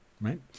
right